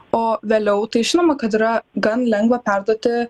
o vėliau tai žinoma kad yra gan lengva perduoti